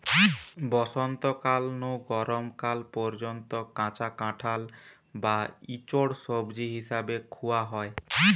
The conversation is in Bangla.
বসন্তকাল নু গরম কাল পর্যন্ত কাঁচা কাঁঠাল বা ইচোড় সবজি হিসাবে খুয়া হয়